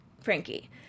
Frankie